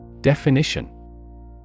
Definition